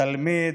התלמיד,